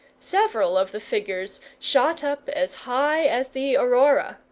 several of the figures shot up as high as the aurora,